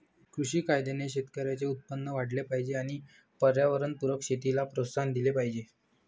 कृषी कायद्याने शेतकऱ्यांचे उत्पन्न वाढले पाहिजे आणि पर्यावरणपूरक शेतीला प्रोत्साहन दिले पाहिजे